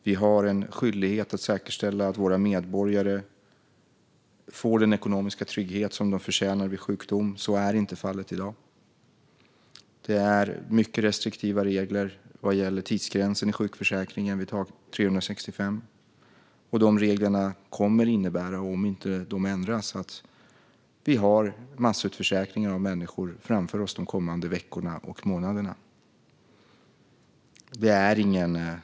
Vi har en skyldighet att säkerställa att våra medborgare får den ekonomiska trygghet som de förtjänar vid sjukdom. Så är inte fallet i dag. Reglerna för tidsgränsen inom sjukförsäkringen vid dag 365 är mycket restriktiva. Dessa regler kommer, om de inte ändras, att innebära att vi framför oss och under de kommande veckorna och månaderna får massutförsäkringar av människor.